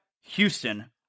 Houston